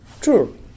True